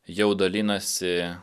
jau dalinasi